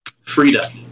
Frida